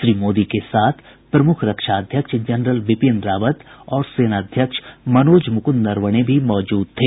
श्री मोदी के साथ प्रमुख रक्षा अध्यक्ष जनरल बिपिन रावत और सेना अध्यक्ष मनोज मुकुन्द नरवणे भी मौजूद थे